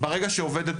ברגע שעובדת